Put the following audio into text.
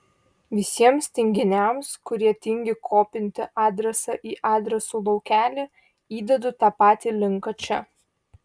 visiems tinginiams kurie tingi kopinti adresą į adresų laukelį įdedu tą patį linką čia